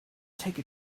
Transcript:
take